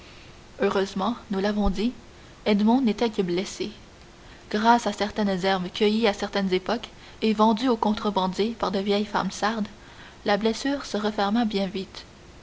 heureusement nous l'avons dit edmond n'était que blessé grâce à certaines herbes cueillies à certaines époques et vendues aux contrebandiers par de vieilles femmes sardes la blessure se referma bien vite